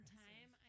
time